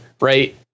right